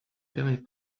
permet